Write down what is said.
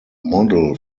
model